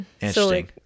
Interesting